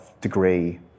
degree